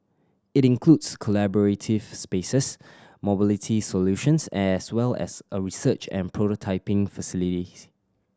it includes collaborative spaces mobility solutions as well as a research and prototyping